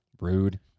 Rude